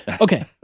Okay